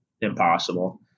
impossible